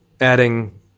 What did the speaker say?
adding